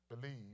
believe